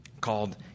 called